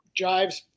jives